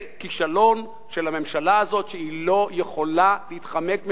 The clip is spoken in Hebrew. זה כישלון של הממשלה הזאת שהיא לא יכולה להתחמק ממנו,